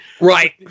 Right